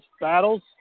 battles